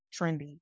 trendy